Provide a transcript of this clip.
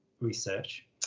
research